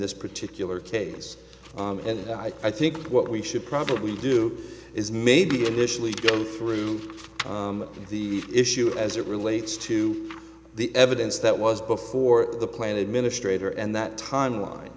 this particular case and i think what we should probably do is maybe initially go through the issue as it relates to the evidence that was before the plan administrator and that timeline